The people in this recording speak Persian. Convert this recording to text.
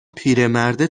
پیرمرده